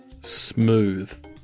Smooth